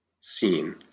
seen